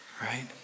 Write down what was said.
right